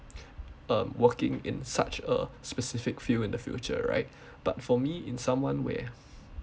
um working in such a specific field in the future right but for me in someone where